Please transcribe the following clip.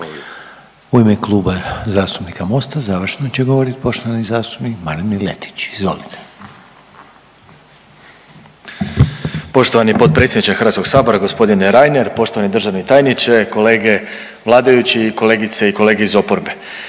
U ime Kluba zastupnika MOST-a završno će govoriti poštovani zastupnik Marin Miletić. Izvolite. **Miletić, Marin (MOST)** Poštovani potpredsjedniče Hrvatskog sabora gospodine Reiner, poštovani državni tajniče, kolege vladajući i kolege i kolegice iz oporbe,